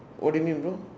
what do you mean bro